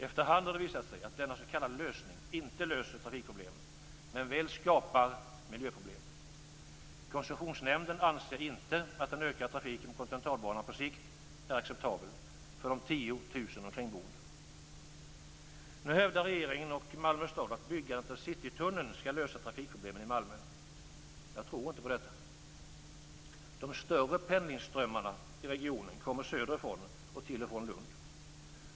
Efter hand har det visat sig att denna s.k. lösning inte löser trafikproblemen men väl skapar miljöproblem. Koncessionsnämnden anser inte att den ökade trafiken på kontinentalbanan på sikt är acceptabel för de 10 000 Nu hävdar regeringen och Malmö stad att byggandet av Citytunneln skall lösa trafikproblemen i Malmö. Jag tror inte på detta. De större pendlingsströmmarna i regionen kommer söderifrån eller går till och från Lund.